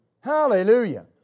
Hallelujah